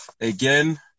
again